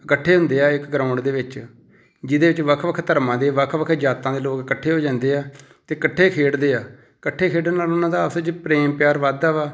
ਇਕੱਠੇ ਹੁੰਦੇ ਆ ਇੱਕ ਗਰਾਊਂਡ ਦੇ ਵਿੱਚ ਜਿਹਦੇ ਵਿੱਚ ਵੱਖ ਵੱਖ ਧਰਮਾਂ ਦੇ ਵੱਖ ਵੱਖ ਜਾਤਾਂ ਦੇ ਲੋਕ ਇਕੱਠੇ ਹੋ ਜਾਂਦੇ ਆ ਅਤੇ ਇਕੱਠੇ ਖੇਡਦੇ ਆ ਇਕੱਠੇ ਖੇਡਣ ਨਾਲ਼ ਉਹਨਾਂ ਦਾ ਆਪਸ ਵਿੱਚ ਪ੍ਰੇਮ ਪਿਆਰ ਵਧਦਾ ਵਾ